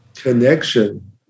connection